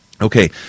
Okay